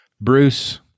Bruce